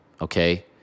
okay